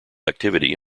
activity